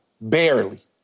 Barely